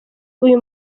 uyu